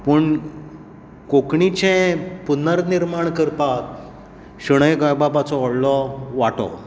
पूण कोंकणीचे पुनिर्माण करपाक शेणैं गोंयबाबांचो व्हडलो वांटो